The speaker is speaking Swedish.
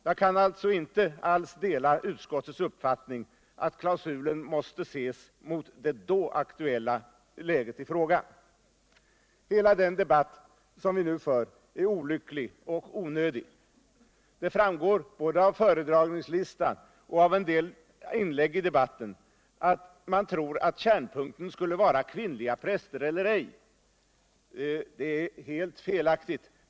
Jag kan alltså inte alls dela utskottets uppfattning att klausulen måste ses mot det då aktuella läget i frågan. Hela den debatt vi nu för är olycklig och onödig. Det framgår både av föredragningslistan och av en del inlägg i debatten att man tror att kärnpunkten skulle vara kvinnliga präster eller ej. Det är helt felaktigt.